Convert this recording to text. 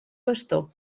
bastó